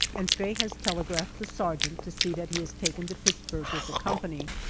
and faye has telegraphed the sergeant to see that he is taken to pittsburg with the company.